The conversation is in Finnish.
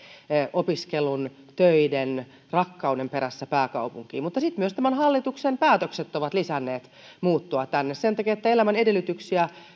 opiskelun töiden rakkauden perässä pääkaupunkiin mutta sitten myös tämän hallituksen päätökset ovat lisänneet muuttoa tänne sen takia että elämän edellytyksiä